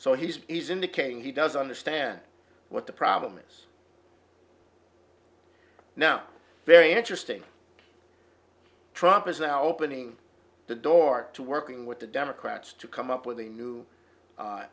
so he is indicating he does understand what the problem is now very interesting trump is now opening the door to working with the democrats to come up with a new